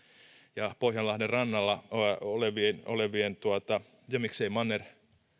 ja pohjanlahden rannalla olevien olevien ja miksei manner